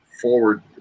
forward